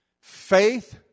Faith